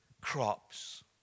crops